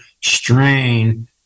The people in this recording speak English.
strain